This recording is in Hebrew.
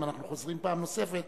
יצטרך לשבת יחד עם ראש הממשלה.